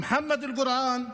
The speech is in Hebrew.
מוחמד אל-גורען,